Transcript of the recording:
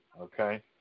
okay